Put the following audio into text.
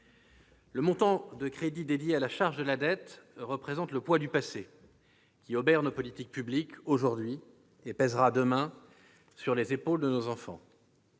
Le montant des crédits dédiés à la charge de la dette représente le poids du passé, qui obère nos politiques publiques aujourd'hui et pèsera, demain, sur les épaules de nos enfants.